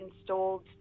installed